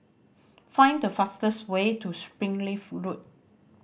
find the fastest way to Springleaf Road